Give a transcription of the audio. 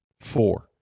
Four